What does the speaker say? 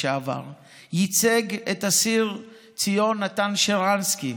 ייצג את אסיר ציון נתן שרנסקי